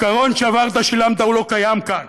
העיקרון "שברת, שילמת" לא קיים כאן,